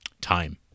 time